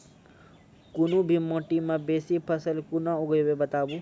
कूनू भी माटि मे बेसी फसल कूना उगैबै, बताबू?